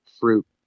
fruit